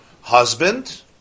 husband